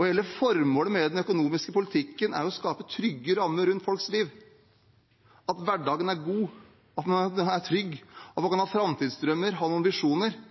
Hele formålet med den økonomiske politikken er å skape trygge rammer rundt folks liv, at hverdagen er god, at den er trygg, at man kan ha framtidsdrømmer og ha noen visjoner –